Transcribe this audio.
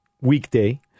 weekday